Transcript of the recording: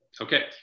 Okay